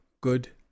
good